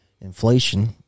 inflation